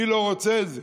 מי לא רוצה את זה?